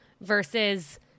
versus